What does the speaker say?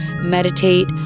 meditate